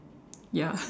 ya